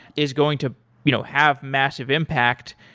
is going to you know have massive impact.